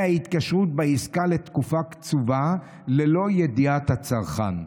ההתקשרות בעסקה לתקופה קצובה ללא ידיעת הצרכן,